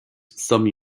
some